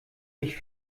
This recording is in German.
ich